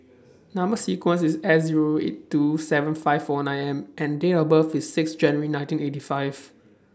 Number sequence IS S Zero eight two seven five four nine M and Date of birth IS six January nineteen eighty five